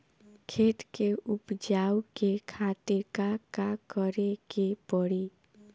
खेत के उपजाऊ के खातीर का का करेके परी?